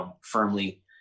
firmly